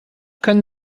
können